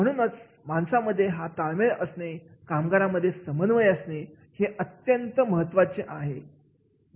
म्हणूनच माणसांमध्ये हा ताळमेळ असणे कामगारांमध्ये समन्वय असणे हे अत्यंत महत्त्वाचे आहे